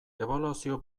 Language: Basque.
ebaluazio